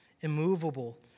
immovable